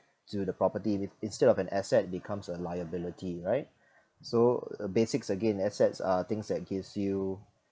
to the property if instead of an asset becomes a liability right so uh basics again assets are things that gives you